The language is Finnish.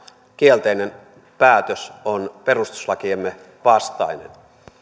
kielteinen päätös on perustuslakiemme vastainen